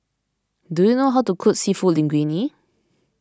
do you know how to cook Seafood Linguine